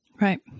Right